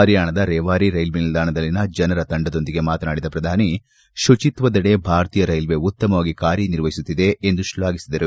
ಹರಿಯಾಣದ ರೆವಾರಿ ರೈಲ್ವೆ ನಿಲ್ದಾಣದಲ್ಲಿನ ಜನರ ತಂಡದೊಂದಿಗೆ ಮಾತನಾಡಿದ ಪ್ರಧಾನಿ ಶುಚಿತ್ವದೆಡೆ ಭಾರತೀಯ ರೈಲ್ವೆ ಉತ್ತಮವಾಗಿ ಕಾರ್ಯನಿರ್ವಹಿಸಿದೆ ಎಂದು ಶ್ಲಾಘಿಸಿದರು